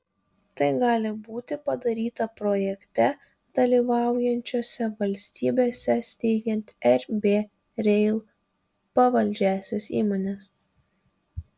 tai gali būti padaryta projekte dalyvaujančiose valstybėse steigiant rb rail pavaldžiąsias įmones